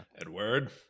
Edward